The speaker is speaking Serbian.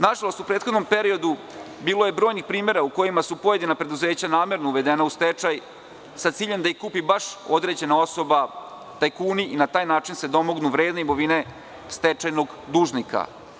Nažalost, u prethodnom periodu bilo je brojnih primera u kojima su pojedina preduzeća namerno uvedena u stečaj sa ciljem da ih kupi baš određena osoba, tajkuni, i na taj način se domognu vredne imovine stečajnog dužnika.